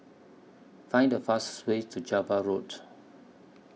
Find The fastest Way to Java Road